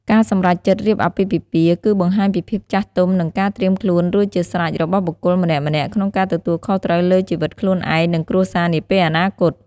ការសម្រេចចិត្តរៀបអាពាហ៍ពិពាហ៍ គឺបង្ហាញពីភាពចាស់ទុំ និងការត្រៀមខ្លួនរួចជាស្រេចរបស់បុគ្គលម្នាក់ៗក្នុងការទទួលខុសត្រូវលើជីវិតខ្លួនឯង និងគ្រួសារនាពេលអនាគត។